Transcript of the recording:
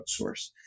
outsource